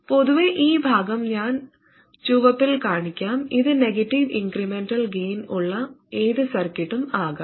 പൊതുവേ ഈ ഭാഗം ഞാൻ ചുവപ്പിൽ കാണിക്കാം ഇത് നെഗറ്റീവ് ഇൻക്രിമെന്റൽ ഗൈൻ ഉള്ള ഏത് സർക്യൂട്ടും ആകാം